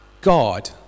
God